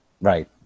Right